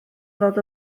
fod